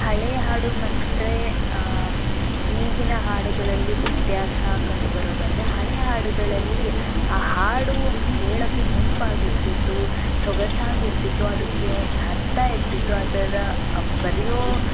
ಹಳೆಯ ಹಾಡು ಮತ್ತೆ ಈಗಿನ ಹಾಡುಗಳಲ್ಲಿ ವ್ಯತ್ಯಾಸ ಕಂಡುಬರೋದಂದ್ರೆ ಹಳೆಯ ಹಾಡುಗಳಲ್ಲಿ ಆ ಹಾಡು ಒಂದು ಕೇಳೋಕ್ಕೆ ಇಂಪಾಗಿರ್ತಿತ್ತು ಸೊಗಸಾಗಿರ್ತಿತ್ತು ಅದಕ್ಕೆ ಒಂದು ಅರ್ಥ ಇರ್ತಿತ್ತು ಅದರ ಬರೆಯೋ